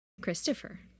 Christopher